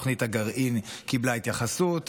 תוכנית הגרעין קיבלה התייחסות,